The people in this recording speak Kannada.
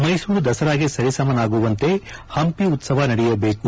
ಮೈಸೂರು ದಸರಾಗೆ ಸರಿಸಮನಾಗುವಂತೆ ಹಂಪಿ ಉತ್ಲವ ನಡೆಯಬೇಕು